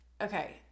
okay